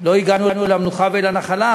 לא הגענו למנוחה ולנחלה,